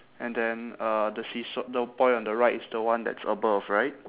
and then uh the seesa~ the boy on the right is the one that's above right